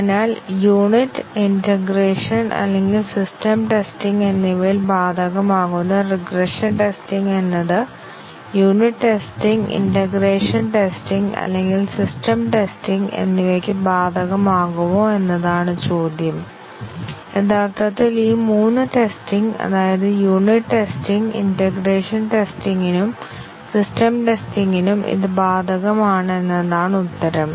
അതിനാൽ unit integration അല്ലെങ്കിൽ system testing എന്നിവയിൽ ബാധകമാകുന്ന റിഗ്രഷൻ ടെസ്റ്റിംഗ് എന്നത് യൂണിറ്റ് ടെസ്റ്റിംഗ് ഇന്റഗ്രേഷൻ ടെസ്റ്റിംഗ് അല്ലെങ്കിൽ സിസ്റ്റം ടെസ്റ്റിംഗ് എന്നിവയ്ക്ക് ബാധകമാകുമോ എന്നതാണ് ചോദ്യം യഥാർത്ഥത്തിൽ ഈ മൂന്ന് ടെസ്റ്റിംഗ് അതായത് യൂണിറ്റ് ടെസ്റ്റിംഗ് ഇന്റഗ്രേഷൻ ടെസ്റ്റിംഗിനും സിസ്റ്റം ടെസ്റ്റിംഗിനും ഇത് ബാധകമാണ് എന്നതാണ് ഉത്തരം